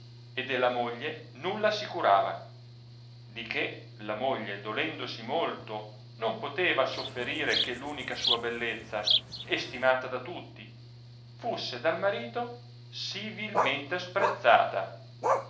e della moglie nulla si curava di che la moglie dolendosi molto non poteva sofferire che l unica sua bellezza estimata da tutti fusse dal marito sì vilmente sprezzata